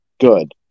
good